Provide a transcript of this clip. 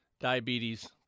Diabetes